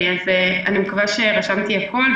אני מקווה שרשמתי הכול,